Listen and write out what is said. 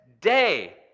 day